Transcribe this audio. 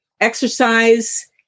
exercise